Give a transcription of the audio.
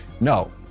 no